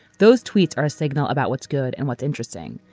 those tweets are a signal about what's good and what's interesting.